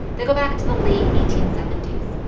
they go back to the late eighteen seventy s.